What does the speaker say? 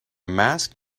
mask